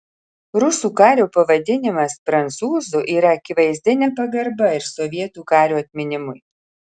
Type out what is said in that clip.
rusų kario pavadinimas prancūzu yra akivaizdi nepagarba ir sovietų kario atminimui